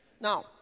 now